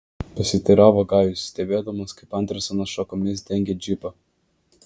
pasiteiravo gajus stebėdamas kaip andersenas šakomis dengia džipą